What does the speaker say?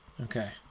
Okay